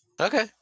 Okay